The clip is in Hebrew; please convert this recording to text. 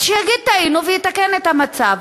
אז שיגיד "טעינו" ויתקן את המצב.